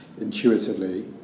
intuitively